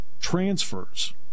transfers